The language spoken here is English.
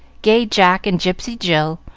gay jack and gypsy jill,